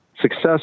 success